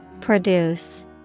Produce